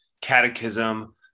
Catechism